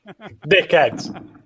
dickheads